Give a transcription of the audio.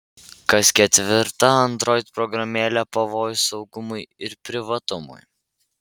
kas ketvirta android programėlė pavojus saugumui ir privatumui